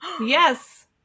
Yes